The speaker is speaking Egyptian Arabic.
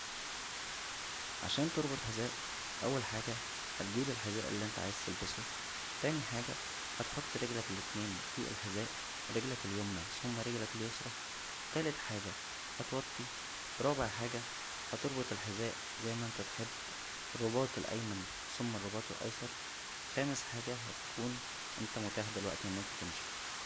عشان تربط حذاء اول حاجه هتجيب الحذاء اللى انت عاوز تلبسه تانى حاجه هتحط رجلك الاتنين فى الحذاء رجلك اليمنى ثم رجلك اليسرى تالت حاجه هتوطى رابع حاجه هتربط الحذاء زى ما انت تحب الرباط الايمن ثم الرباط الايسر خامس حاجه هتكون انت متاح دلوقتى ان انت تمشى